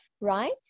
right